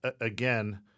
again